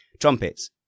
Trumpets